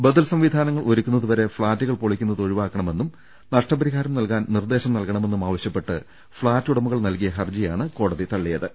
ബദൽ സംവിധാനങ്ങൾ ഒരുക്കുന്നതുവരെ ഫ്ളാറ്റുകൾ പൊളിക്കു ന്നത് ഒഴിവാക്കണമെന്നും നഷ്ടപരിഹാരം നൽകാൻ നിർദ്ദേശം നൽകണ മെന്നും ആവശ്യപ്പെട്ട് ഫ്ളാറ്റ് ഉടമകൾ നൽകിയ ഹർജിയാണ് കോടതി തള്ളി യത്